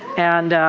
and,